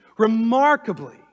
Remarkably